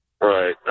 Right